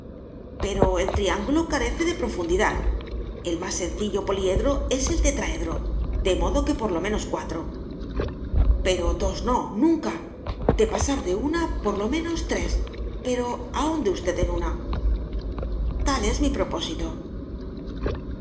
pero el triángulo carece de profundidad el más sencillo poliedro es el tetraedro de modo que por lo menos cuatro pero dos no nunca de pasar de una por lo menos tres pero ahonde usted en una tal es mi propósito